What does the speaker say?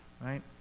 right